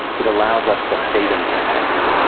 it allows us the freedom to act.